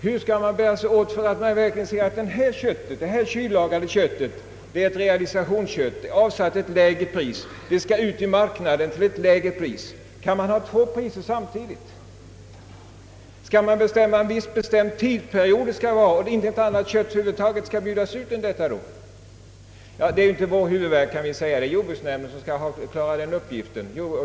Hur skall man bära sig åt för att det verkligen skall synas att detta kyllagrade kött är ett realisationsparti som åsatts ett lägre pris? Kan man ha två priser samtidigt? Skall man bestämma en viss period, då intet annat kött över huvud taget skall bjudas ut? Ja, det är inte vår huvudvärk, kan vi säga. Det är jordbruksnämnden som skall klara av den uppgiften.